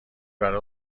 برای